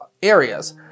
areas